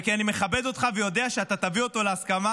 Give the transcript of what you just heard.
וכי אני מכבד אותך ויודע שאתה תביא אותו להסכמה,